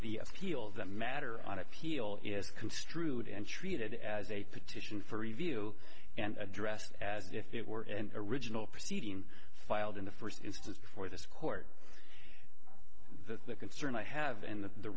the appeal of the matter on appeal is construed and treated as a petition for review and addressed as if it were an original proceeding filed in the first instance for this court the concern i have and the